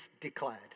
declared